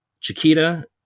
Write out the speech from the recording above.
Chiquita